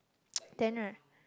then right